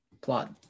Plot